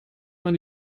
man